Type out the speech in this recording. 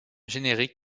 générique